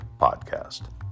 Podcast